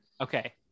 Okay